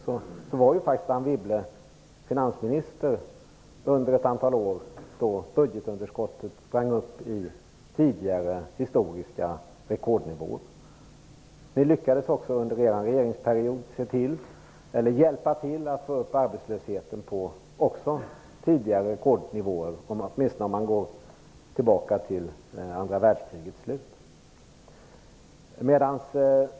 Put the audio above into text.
Anne Wibble var ju faktiskt finansminister under ett antal år då budgetunderskottet sprang upp i rekordnivåer. Ni hjälpte under er regeringsperiod till att få upp även arbetslösheten på rekordnivåer, åtminstone om man inte går längre tillbaka i historien än till andra världskrigets slut.